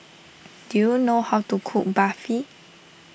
do you know how to cook Barfi